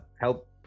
help